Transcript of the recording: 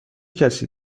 کسی